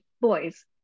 boys